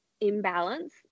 imbalance